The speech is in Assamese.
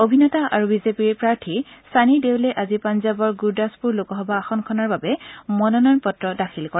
অভিনেতা আৰু বিজেপিৰ প্ৰাৰ্থী ছানী দেউলে আজি পাঞ্জাৱৰ গুৰদাছপুৰ লোকসভা আসনখনৰ বাবে মনোনয়ন পত্ৰ দাখিল কৰে